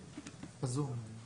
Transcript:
פיתחת כיתות יותר